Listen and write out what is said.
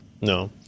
No